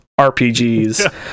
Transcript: RPGs